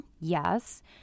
Yes